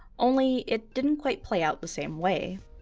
only it didn't quite play out the same way.